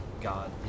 God